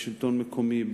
לשלטון המקומי,